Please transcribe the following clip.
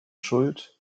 schuld